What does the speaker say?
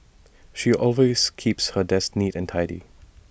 she always keeps her desk neat and tidy